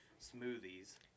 smoothies